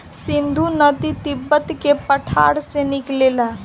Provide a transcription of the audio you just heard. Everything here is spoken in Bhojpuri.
सिन्धु नदी तिब्बत के पठार से निकलेला